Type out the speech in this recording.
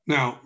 Now